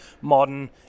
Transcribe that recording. modern